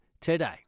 today